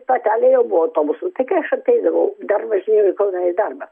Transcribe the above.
stotelė jau buvo autobusų tik aš ateidavau dar važinėjau į kauną į darbą